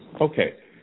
Okay